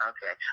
Okay